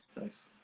Nice